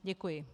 Děkuji.